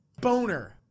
boner